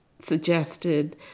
suggested